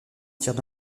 matière